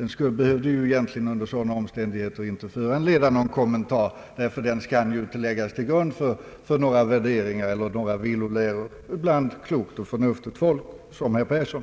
Under sådana omständigheter behövde den egentligen inte föranleda någon kommentar — den kan ju inte läggas till grund för några värderingar eller några villoläror bland klokt och förnuftigt folk som herr Persson.